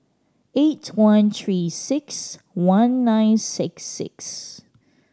eight one Three Six One nine six six